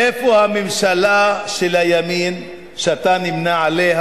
איפה הממשלה של הימין, שאתה נמנה עמה,